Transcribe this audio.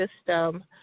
system